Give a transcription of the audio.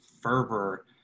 fervor